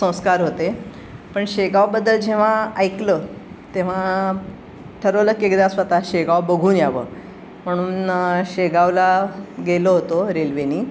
संस्कार होते पण शेगावबद्दल जेव्हा ऐकलं तेव्हा ठरवलं की एकदा स्वतः शेगाव बघून यावं म्हणून शेगावला गेलो होतो रेल्वेने